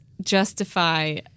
justify